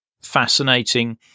fascinating